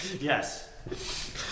Yes